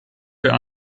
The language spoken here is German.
für